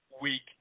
week